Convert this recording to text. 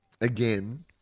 again